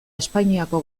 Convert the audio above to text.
espainiako